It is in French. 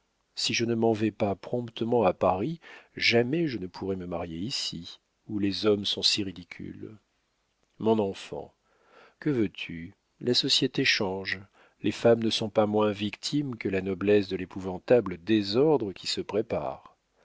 si je ne m'en vais pas promptement à paris jamais je ne pourrai me marier ici où les hommes sont si ridicules mon enfant que veux-tu la société change les femmes ne sont pas moins victimes que la noblesse de l'épouvantable désordre qui se prépare